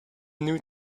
new